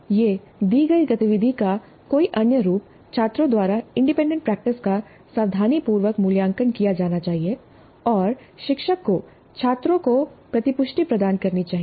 या दी गई गतिविधि का कोई अन्य रूप छात्रों द्वारा इंडिपेंडेंट प्रैक्टिस का सावधानीपूर्वक मूल्यांकन किया जाना चाहिए और शिक्षक को छात्रों को प्रतिपुष्टि प्रदान करनी चाहिए